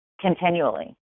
continually